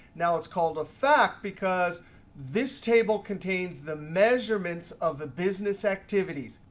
now, it's called a fact, because this table contains the measurements of the business activities.